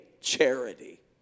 charity